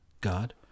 God